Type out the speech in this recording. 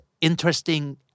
interesting